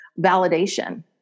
validation